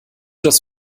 das